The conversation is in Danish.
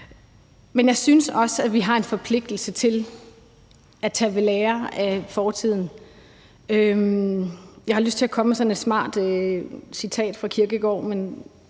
Men jeg synes også, at vi har en forpligtelse til at tage ved lære af fortiden. Jeg har lyst til at komme med sådan et smart citat fra Søren Kierkegaard,